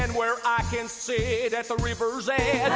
and where i can sit at the river's edge